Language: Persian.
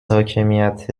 حاکمیت